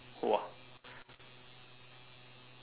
!wah!